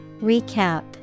Recap